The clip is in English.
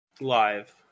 Live